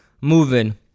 moving